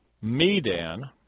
Medan